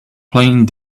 playing